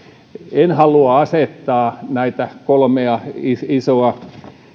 en halua asettaa näitä kolmea isoa